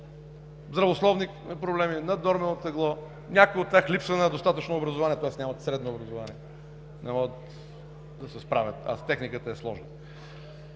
здравословни проблеми, наднормено тегло, някой от тях нямат достатъчно образование, тоест нямат и средно образование и не могат да се справят, а с техниката е сложно.